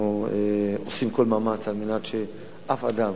אנחנו עושים כל מאמץ על מנת שאף אדם